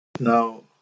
Now